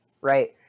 right